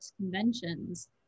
conventions